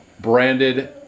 Branded